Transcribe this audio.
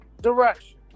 direction